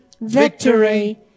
victory